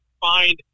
find